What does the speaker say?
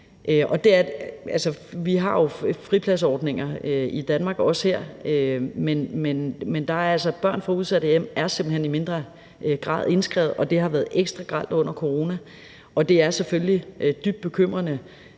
jo også fripladsordninger her i Danmark, men børn fra udsatte hjem er simpelt hen i mindre grad indskrevet, og det har været ekstra grelt under coronaen, og det er selvfølgelig dybt bekymrende,